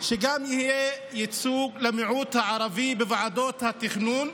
שיהיה ייצוג גם למיעוט הערבי בוועדות התכנון,